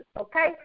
okay